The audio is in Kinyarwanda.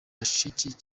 bashiki